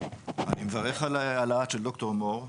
אני מברך על הלהט של ד"ר מור.